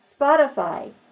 Spotify